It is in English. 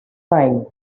sign